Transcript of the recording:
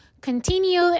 continue